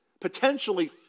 potentially